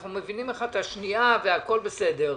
אנחנו מבינים אחת את השנייה, והכול בסדר.